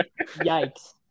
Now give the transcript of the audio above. Yikes